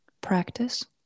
practice